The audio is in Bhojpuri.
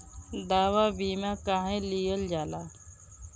दवा बीमा काहे लियल जाला?